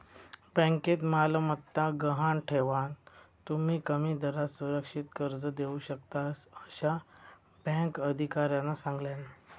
बँकेत मालमत्ता गहाण ठेवान, तुम्ही कमी दरात सुरक्षित कर्ज घेऊ शकतास, असा बँक अधिकाऱ्यानं सांगल्यान